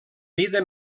vida